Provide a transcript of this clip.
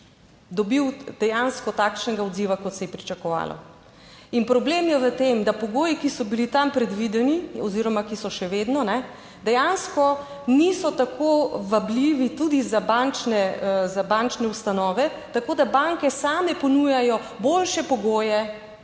dobil dejansko takšnega odziva, kot se je pričakovalo. Problem je v tem, da pogoji, ki so bili tam predvideni oziroma, ki so še vedno, dejansko niso tako vabljivi tudi za bančne ustanove. Tako da banke same ponujajo boljše pogoje